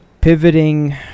pivoting